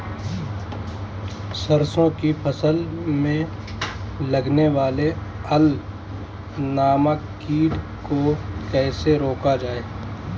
सरसों की फसल में लगने वाले अल नामक कीट को कैसे रोका जाए?